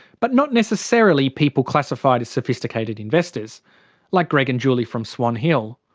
but not necessarily people classified as sophisticated investors like greg and julie from swan hill.